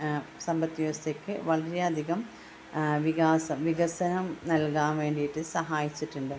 സമ്പദ് വ്യവസ്ഥയ്ക്ക് വളരെയധികം വികാസം വികസനം നൽകാൻ വേണ്ടിയിട്ട് സഹായിച്ചിട്ടുണ്ട്